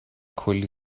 کلی